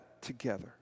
together